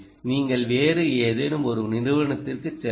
நீங்கள் வேறு ஏதேனும் ஒரு நிறுவனத்திற்குச் செல்லுங்கள்